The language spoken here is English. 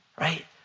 Right